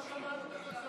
לא שמענו את התוצאות.